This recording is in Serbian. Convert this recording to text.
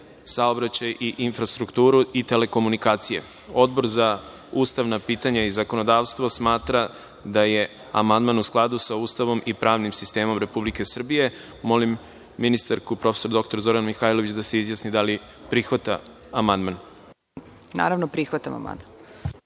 saobraćaj, infrastrukturu i telekomunikacije. Odbor za ustavna pitanja i zakonodavstvo smatra da je amandman u skladu sa Ustavom i pravnim i sistemom Republike Srbije. Molim ministarku prof. dr Zoranu Mihajlović da se izjasni da li prihvata amandman. **Zorana